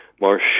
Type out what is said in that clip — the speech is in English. Marsh